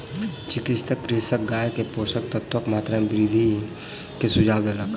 चिकित्सक कृषकक गाय के पोषक तत्वक मात्रा में वृद्धि के सुझाव देलक